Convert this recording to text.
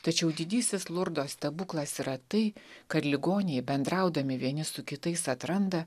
tačiau didysis lurdo stebuklas yra tai kad ligoniai bendraudami vieni su kitais atranda